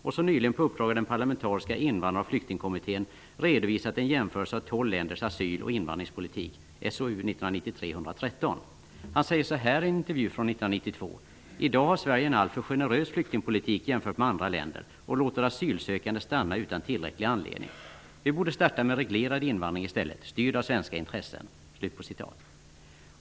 Han har nyligen på uppdrag av den parlamentariska invandrar och flyktingkommittén redovisat en jämförelse av tolv länders asyl och invandringspolitik . Han säger i en intervju från år 1992: ''I dag har Sverige en alltför generös flyktingpolitik jämfört med andra länder och låter asylsökande stanna utan tillräcklig anledning. Vi borde starta med reglerad invandring i stället, styrd av svenska intressen.''